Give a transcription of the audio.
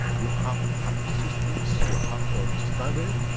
you have to have persistence. you have to understand it.